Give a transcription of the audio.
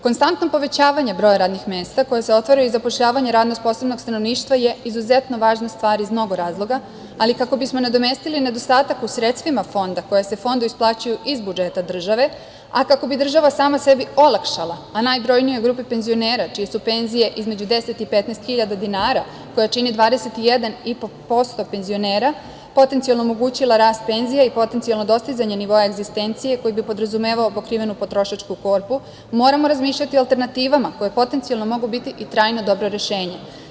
Konstantno povećavanje broja radnih mesta koje se otvaraje i zapošljavanje radno sposobnog stanovništva je izuzetno važna stvar iz mnogo razloga, ali kako bismo nadomestili nedostatak u sredstvima Fonda koja se Fondu isplaćuju iz budžeta države, a kako bi država sama sebi olakšala, najbrojnijoj grupi penzionera, čije su penzije između 10 i 15 hiljada dinara, koji čine 21,5% penzionera, potencijalno omogućiti rast penzija i potencijalno dostizanje nivoa egzistencije koje bi podrazumevao pokrivenu potrošačku korpu, moramo razmišljati o alternativama koje potencijalno mogu biti i trajno dobro rešenje.